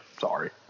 Sorry